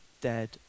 dead